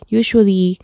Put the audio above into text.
usually